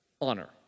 honor